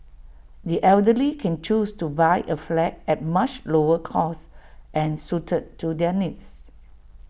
the elderly can choose to buy A flat at much lower cost and suited to their needs